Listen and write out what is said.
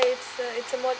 it's it's a